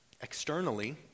externally